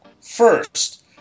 first